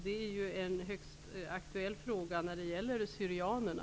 Det är ju en högst aktuell fråga när det gäller syrianerna.